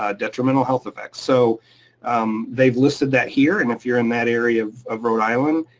ah detrimental health effects. so they've listed that here. and if you're in that area of ah rhode island,